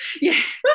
yes